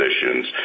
positions